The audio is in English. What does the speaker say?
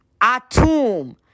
Atum